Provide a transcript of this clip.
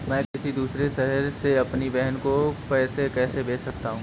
मैं किसी दूसरे शहर से अपनी बहन को पैसे कैसे भेज सकता हूँ?